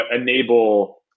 enable